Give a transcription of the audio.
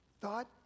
thought